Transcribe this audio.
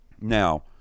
Now